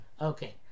Okay